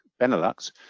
Benelux